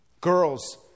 Girls